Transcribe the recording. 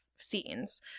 scenes